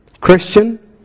Christian